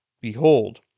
Behold